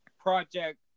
Project